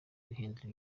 guhindura